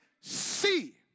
see